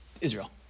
Israel